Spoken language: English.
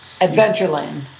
Adventureland